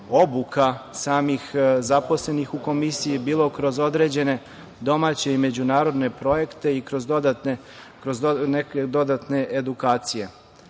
obuka samih zaposlenih u Komisiji, bilo kroz određene domaće i međunarodne projekte i kroz neke dodatne edukacije.U